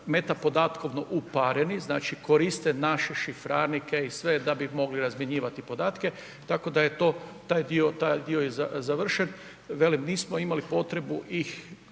meta podatkovno upareni znači koriste naš šifrarnike i sve da bi mogli razmjenjivati podatke tako da je taj dio završen. Velim, nismo imali potrebu ih